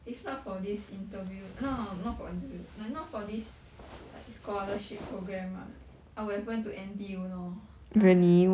if not for this interview err no no not for interview like not for this like scholarship programme right I would have went to N_T_U lor 哎